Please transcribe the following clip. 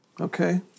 okay